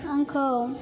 आंखौ